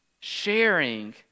sharing